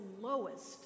lowest